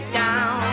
down